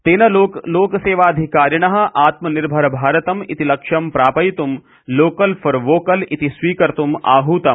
तेन लोकसेवाधिकारिणः आत्मनिर्भरभारतम इति लक्ष्यं प्रापयित् लोकल फॉर वोकल इति स्वीकर्तुं आहूतम्